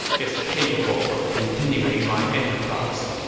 is capable of continuing my enterprise.